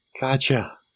Gotcha